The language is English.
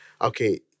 okay